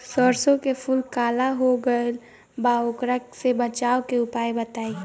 सरसों के फूल काला हो गएल बा वोकरा से बचाव के उपाय बताई?